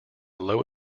low